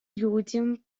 людям